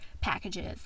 packages